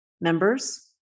members